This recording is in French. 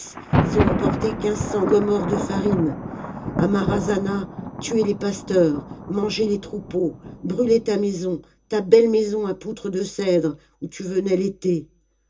ils ont emporté quinze cents gommors de farine à marazzana tué les pasteurs mangé les troupeaux brûlé ta maison ta belle maison à poutres de cèdre où tu venais l'été